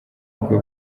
ubwo